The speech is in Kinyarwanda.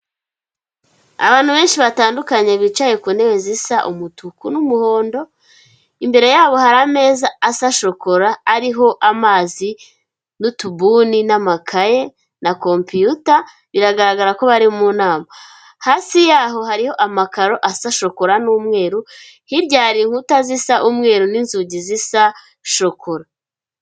Abantu benshi batandukanye bicaye ku ntebe zisa umutuku n'umuhondo, imbere yabo hari ameza asa shokora, ariho amazi n'utubuni n'amakaye na kompiyuta, biragaragara ko bari mu nama. Hasi yaho hariho amakaro asa shokora n'umweru, hirya hari inkuta zisa umweru n'inzugi zisa shokora.